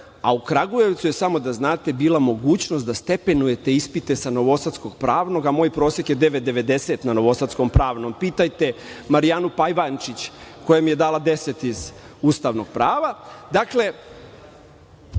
a u Kragujevcu je samo da znate, bila mogućnost da stepenujete ispite sa novosadskog pravnog, a moj prosek je 9,90 na novosadskom pravnom. Pitajte, Marijanu Pajvančić, koja mi je dala deset iz Ustavnog prava. Dakle,